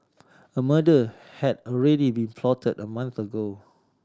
a murder had already been plotted a month ago